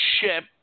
ship